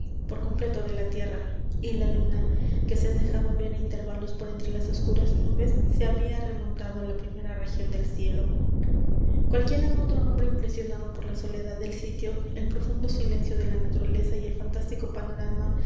por completo de la tierra y la luna que se dejaba ver á intervalos por entre las oscuras nubes se había remontado á la primera región del cielo cualquiera otro hombre impresionado por la soledad del sitio el profundo silencio de la naturaleza y el fantástico panorama